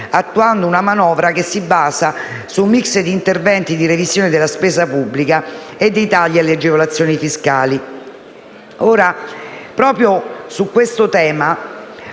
attuando una manovra che si basa su un *mix* di interventi di revisione della spesa pubblica e di tagli alle agevolazioni fiscali. Proprio su questo tema,